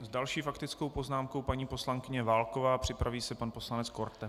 S další faktickou poznámkou paní poslankyně Válková, připraví se pan poslanec Korte.